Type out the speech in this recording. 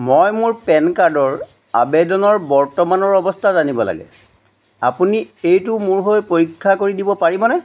মই মোৰ পেন কাৰ্ডৰ আবেদনৰ বৰ্তমানৰ অৱস্থা জানিব লাগে আপুনি এইটো মোৰ হৈ পৰীক্ষা কৰি দিব পাৰিবনে